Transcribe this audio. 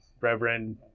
Reverend